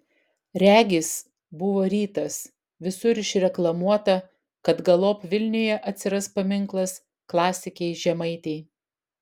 regis buvo rytas visur išreklamuota kad galop vilniuje atsiras paminklas klasikei žemaitei